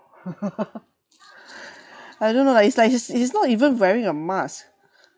I don't know it's like he's he's not even wearing a mask